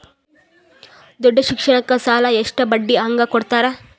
ದೊಡ್ಡ ಶಿಕ್ಷಣಕ್ಕ ಸಾಲ ಎಷ್ಟ ಬಡ್ಡಿ ಹಂಗ ಕೊಡ್ತಾರ?